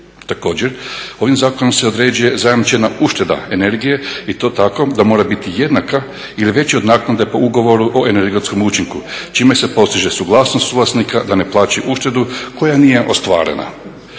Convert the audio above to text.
Također, ovim zakonom se određuje zajamčena ušteda energije i to tako da mora biti jednaka ili veća od naknade po ugovoru o energetskom učinku čime se postiže suglasnost suvlasnika da ne plaćaju uštedu koja nije ostvarena.